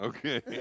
Okay